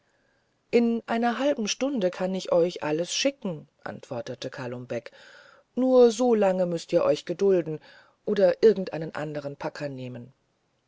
in einer halben stunde kann ich euch alles schicken antwortete kalum beck nur so lange müßt ihr euch gedulden oder irgendeinen anderen packer nehmen